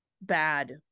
bad